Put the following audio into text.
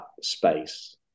space